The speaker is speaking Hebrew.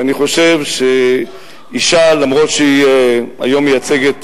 שאני חושב שאשה אף-על-פי שהיום היא מייצגת